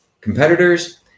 competitors